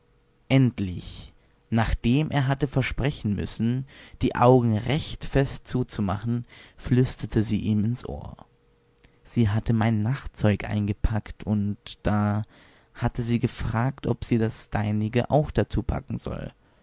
endlich nachdem er hatte versprechen müssen die augen recht fest zuzumachen flüsterte sie ihm ins ohr sie hat mein nachtzeug eingepackt und da hat sie gefragt ob sie das deinige auch dazu packen soll